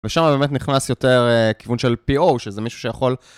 ושם באמת נכנס יותר אה... כיוון של PO, שזה מישהו שיכול...